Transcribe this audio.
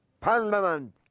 parliament